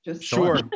Sure